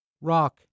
Rock